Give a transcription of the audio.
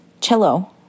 cello